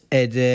ed